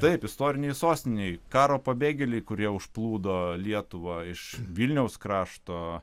taip istorinėj sostinėj karo pabėgėliai kurie užplūdo lietuvą iš vilniaus krašto